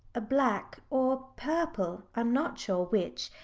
a black or purple i am not sure which,